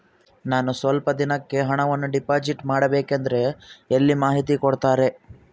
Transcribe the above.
ನಾನು ಸ್ವಲ್ಪ ದಿನಕ್ಕೆ ಹಣವನ್ನು ಡಿಪಾಸಿಟ್ ಮಾಡಬೇಕಂದ್ರೆ ಎಲ್ಲಿ ಮಾಹಿತಿ ಕೊಡ್ತಾರೆ?